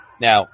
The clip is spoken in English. Now